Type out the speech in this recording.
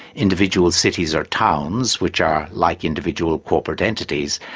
individual cities or towns, which are like individual corporate entities,